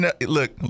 Look